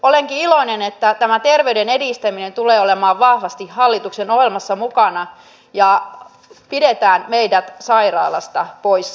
olenkin iloinen että tämä terveyden edistäminen tulee olemaan vahvasti hallituksen ohjelmassa mukana ja pidetään meidät sairaalasta poissa